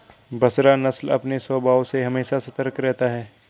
बसरा नस्ल अपने स्वभाव से हमेशा सतर्क रहता है